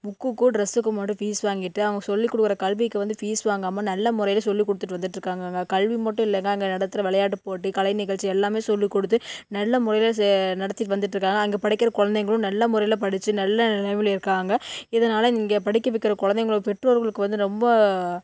புக்குக்கும் ட்ரெஸ்ஸுக்கும் மட்டும் ஃபீஸ் வாங்கிவிட்டு அவங்க சொல்லி கொடுக்குற கல்விக்கு வந்து ஃபீஸ் வாங்காம நல்ல முறையில் சொல்லிக்கொடுத்துட்டு வந்துட்டு இருக்காங்கங்க கல்வி மட்டும் இல்லைங்க அங்கே நடத்துகிற விளையாட்டு போட்டி கலை நிகழ்ச்சி எல்லாமே சொல்லிக்கொடுத்து நல்ல முறையில் நடத்திகிட்டு வந்துட்டுருக்காங்க அங்கே படிக்கிற குழந்தைங்களும் நல்ல முறையில் படிச்சி நல்ல நிலமைல இருக்காங்க இதனால் இங்கே படிக்க வைக்கிற குழந்தைங்களோட பெற்றோர்களுக்கு வந்து ரொம்ப